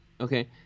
Okay